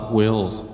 wills